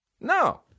No